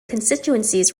constituencies